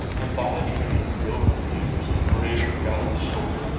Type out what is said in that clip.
and by a train of noble peers, in brave and gallant sort,